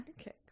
Okay